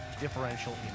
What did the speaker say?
differential